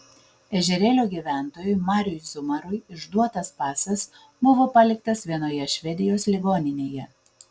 ežerėlio gyventojui mariui zumarui išduotas pasas buvo paliktas vienoje švedijos ligoninėje